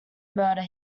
murder